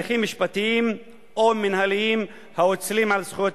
בתי-המשפט לעניינים מינהליים יהפכו ברוב המקרים לערכאת